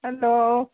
hello